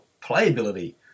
playability